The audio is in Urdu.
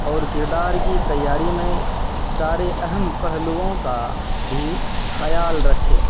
اور کردار کی تیاری میں سارے اہم پہلوؤں کا بھی خیال رکھے